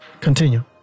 Continue